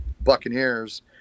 Buccaneers